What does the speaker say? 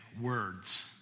words